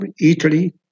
Italy